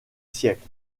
siècle